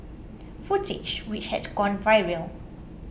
footage which had gone viral